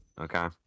Okay